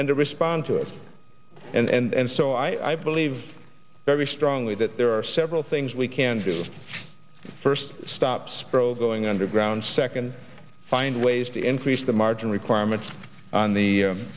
and to respond to it and so i believe very strongly that there are several things we can do first stop spro going underground second find ways to increase the margin requirements on the